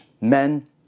men